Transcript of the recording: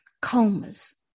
comas